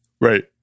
Right